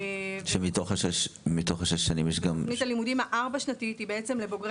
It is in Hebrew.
ותוכנית הלימודים הארבע-שנתית היא לבוגרי